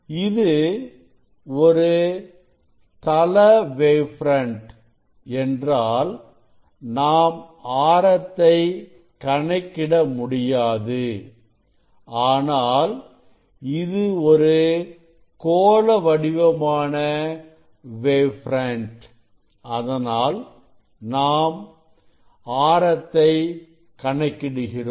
இது ஒரு தள வேவ் ஃப்ரண்ட் என்றால் நாம் ஆரத்தை கணக்கிட முடியாது ஆனால் இது ஒரு கோள வடிவமான வேவ் ஃப்ரண்ட் அதனால் நாம் ஆரத்தை கணக்கிடுகிறோம்